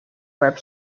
web